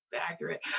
accurate